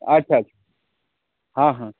अच्छा अच्छा हॅं हॅं